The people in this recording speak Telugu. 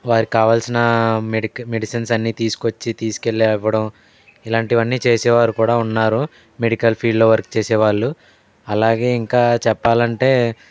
వారికి కావాల్సిన మెడిక్ మెడిసిన్స్ అన్నీ కూడా తీసుకువచ్చి తీసుకెళ్ళివ్వడం ఇలాంటివన్నీ చేసే వారు కూడా ఉన్నారు మెడికల్ ఫీల్డ్లో వర్క్ చేసే వాళ్ళు అలాగే ఇంకా చెప్పాలంటే